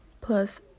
plus